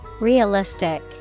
Realistic